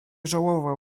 żałował